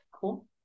Cool